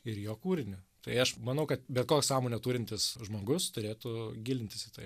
ir jo kūrinį tai aš manau kad bet koks sąmonę turintis žmogus turėtų gilintis į tai